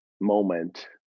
moment